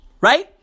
Right